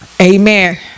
amen